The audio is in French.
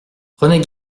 prenez